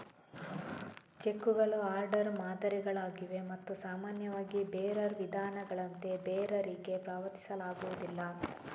ಚೆಕ್ಕುಗಳು ಆರ್ಡರ್ ಮಾದರಿಗಳಾಗಿವೆ ಮತ್ತು ಸಾಮಾನ್ಯವಾಗಿ ಬೇರರ್ ವಿಧಾನಗಳಂತೆ ಬೇರರಿಗೆ ಪಾವತಿಸಲಾಗುವುದಿಲ್ಲ